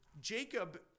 Jacob